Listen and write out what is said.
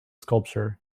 sculpture